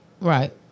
Right